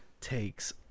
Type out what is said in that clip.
takes